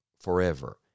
forever